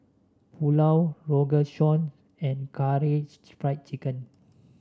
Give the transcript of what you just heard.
Pulao Rogan Josh and Karaage Fried Chicken